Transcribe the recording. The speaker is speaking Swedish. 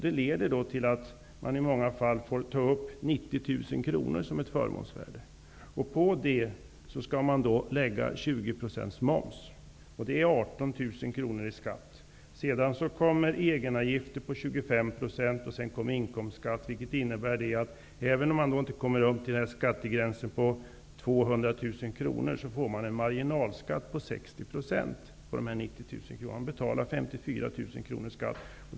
Det leder till att taxiägarna inte sällan måste uppge beloppet 90 000 kr som förmånsvärde. Därpå skall det läggas 20 % moms, vilket betyder 18 000 kr i skatt. Därtill kommer det egenavgifter med 25 % och inkomstskatt, vilket innebär att -- även om man inte kommer upp till skattegränsen 200 000 kr -- 54 000 kr i skatt.